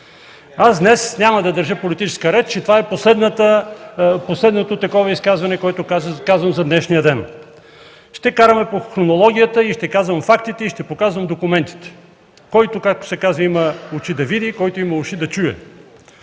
Аз днес няма да държа политическа реч и това е последното такова изказване, което правя за днешния ден. Ще караме по хронологията, ще казвам фактите и ще показвам документите. Който, както се казва, има очи – да види, който има уши – да чуе!